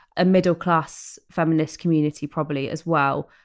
a middle-class feminist community probably as well.